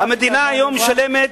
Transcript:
המדינה היום משלמת,